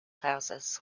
houses